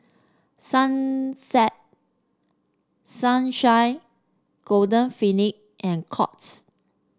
Sunset Sunshine Golden Peony and Courts